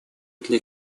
для